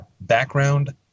background